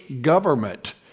government